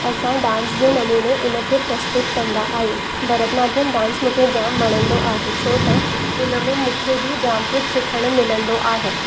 असां डांस जे नमूने उनखे प्रस्तुत कंदा आहियूं भरतनाटियम डांस मूंखे जाम वणंदो आहे छो त उनमें मूंखे बि जाम कुझु सिखणु मिलंदो आहे